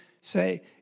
say